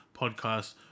podcast